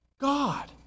God